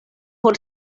por